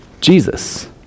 Jesus